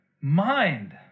mind